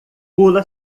pula